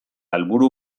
helburu